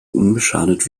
unbeschadet